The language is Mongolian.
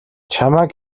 чамайг